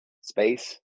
space